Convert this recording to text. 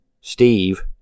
Steve